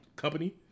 company